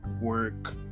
work